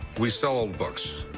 we sell old books.